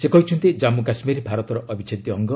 ସେ କହିଛନ୍ତି ଜାମ୍ମ କାଶୁୀର ଭାରତର ଅଭିଚ୍ଛେଦ୍ୟ ଅଙ୍ଗ